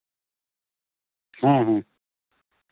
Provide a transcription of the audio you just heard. ᱦᱮᱸ ᱦᱮᱸ